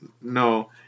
no